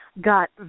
got